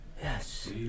Yes